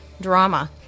drama